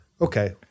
Okay